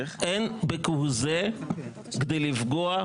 אין כהוא זה כדי לפגוע,